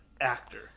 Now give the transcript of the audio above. actor